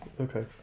Okay